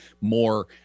more